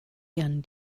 ihren